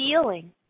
feeling